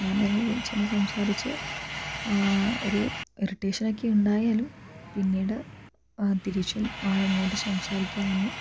ഞാൻ തന്നെ ചെന്ന് സംസാരിച്ച് ഒരു ഇറിറ്റേഷൻ ഒക്കെ ഉണ്ടായാലും പിന്നീട് തിരിച്ചും ആളിങ്ങോട്ട് സംസാരിക്കാൻ വന്നു